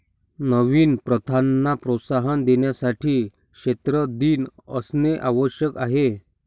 नवीन प्रथांना प्रोत्साहन देण्यासाठी क्षेत्र दिन असणे आवश्यक आहे